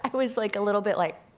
i but was like a little bit like,